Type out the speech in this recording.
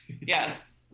Yes